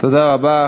תודה רבה.